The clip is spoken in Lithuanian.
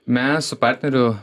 mes su partneriu